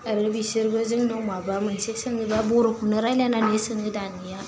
आरो बिसोरबो जोंनाव माबा मोनसे सोङोबा बर'खौनो रायलायनानै सोङो दानिया